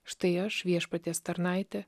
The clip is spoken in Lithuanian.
štai aš viešpaties tarnaitė